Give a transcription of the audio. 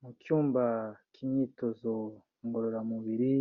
Mu cyumba cy'imyitozo ngororamubiri,